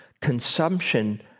consumption